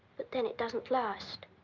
but then it doesn't last.